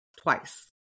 Twice